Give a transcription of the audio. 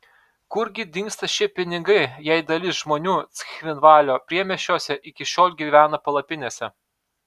kur gi dingsta šie pinigai jei dalis žmonių cchinvalio priemiesčiuose iki šiol gyvena palapinėse